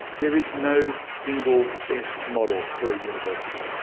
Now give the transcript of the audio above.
there is no single best model for a university,